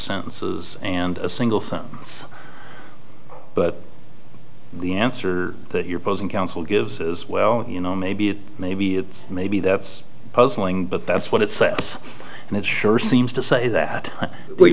sentences and a single sentence but the answer that you're posing council gives as well you know maybe maybe it's maybe that's puzzling but that's what it says and it sure seems to say that we